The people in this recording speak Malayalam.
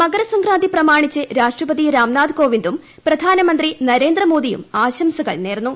മകരസംക്രാന്തി പ്രമാണിച്ച് രാഷ്ട്രപതി രാംനാഥ് ക്ടോപ്പിന്ദും പ്രധാനമന്ത്രി നരേന്ദ്രമോദിയും ആശംസകൾ ന്റേർന്നു